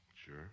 Sure